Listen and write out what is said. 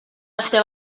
aste